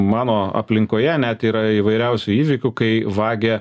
mano aplinkoje net yra įvairiausių įvykių kai vagia